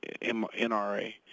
NRA